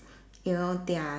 you know their